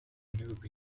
danube